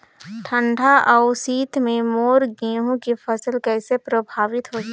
ठंडा अउ शीत मे मोर गहूं के फसल कइसे प्रभावित होही?